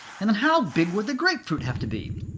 and then how big would the grapefruit have to be?